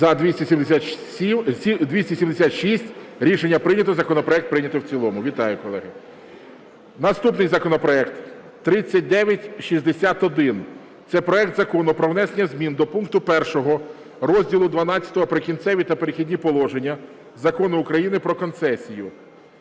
За-276 Рішення прийнято. Законопроект прийнятий в цілому. Вітаю, колеги. Наступний законопроект 3961, це проект Закону про внесення зміни до пункту 1 розділу ХІІ Прикінцеві та перехідні положення Закону України "Про концесію".